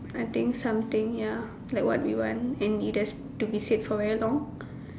I think something ya like what you want and it has to be said for very long